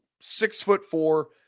six-foot-four